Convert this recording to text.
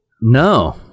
no